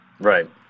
Right